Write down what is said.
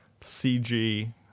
CG